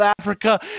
Africa